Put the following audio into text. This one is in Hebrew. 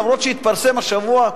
אף שהתפרסם השבוע,